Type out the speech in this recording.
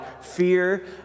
fear